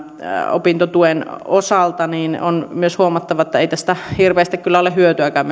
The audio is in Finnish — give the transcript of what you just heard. opintotuen osalta on myös huomattava että ei tästä indeksisidonnaisuudesta hirveästi kyllä ole hyötyäkään